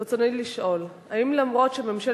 רצוני לשאול: 1. האם,